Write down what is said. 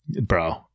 Bro